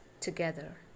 together